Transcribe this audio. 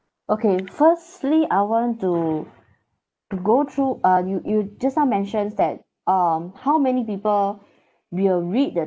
okay firstly I want to go through uh you you just now mentions that um how many people will read the